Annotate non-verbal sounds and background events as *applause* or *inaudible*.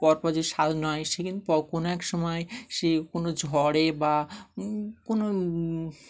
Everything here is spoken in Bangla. *unintelligible* সে কিন্ত কোনো এক সময় সে কোনো ঝড়ে বা কোনো